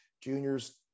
Juniors